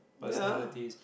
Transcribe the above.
personalities